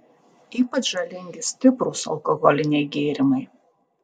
ypač žalingi stiprūs alkoholiniai gėrimai